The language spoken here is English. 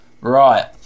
Right